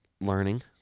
learning